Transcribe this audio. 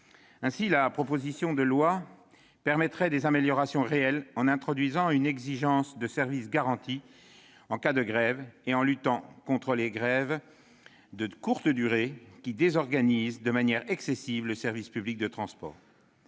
Ainsi, la proposition de loi permettrait des améliorations réelles, en introduisant une exigence de service garanti en cas de grève et en luttant contre les grèves de courte durée, qui désorganisent de manière excessive le service public de transport.